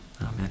amen